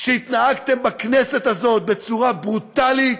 התנהגתם בכנסת הזאת בצורה ברוטלית,